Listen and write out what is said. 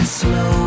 slow